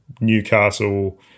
Newcastle